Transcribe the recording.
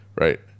right